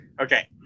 Okay